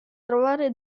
trovare